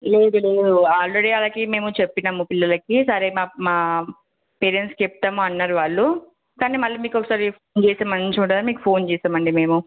లేదు లేదు ఆల్రెడీ వాళ్ళకి మేము చెప్పినాము పిల్లలకి సరే మ మా పేరెంట్స్కి చెప్తాము అన్నారు వాళ్ళు కానీ మళ్ళీ మీకు ఒకసారి చేప్పి చేస్తే మంచిగా ఉంటుందని మీకు ఫోన్ చేసాము అండి మేము